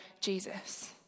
Jesus